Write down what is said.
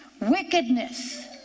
wickedness